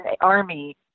Army